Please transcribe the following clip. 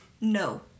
No